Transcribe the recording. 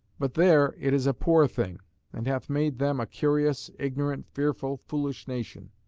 but there it is a poor thing and hath made them a curious, ignorant, fearful, foolish nation.